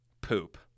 poop